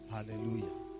Hallelujah